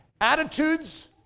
Attitudes